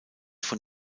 von